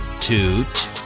toot